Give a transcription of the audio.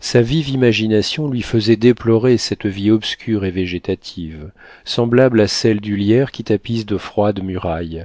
sa vive imagination lui faisait déplorer cette vie obscure et végétative semblable à celle du lierre qui tapisse de froides murailles